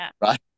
Right